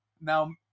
Now